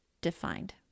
defined